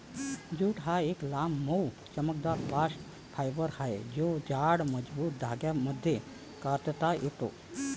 jute हा एक लांब, मऊ, चमकदार बास्ट फायबर आहे जो जाड, मजबूत धाग्यांमध्ये कातता येतो